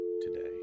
today